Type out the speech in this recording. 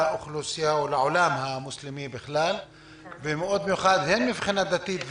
לאוכלוסייה ולעולם המוסלמי ומאוד מיוחד הן מבחינה דתית,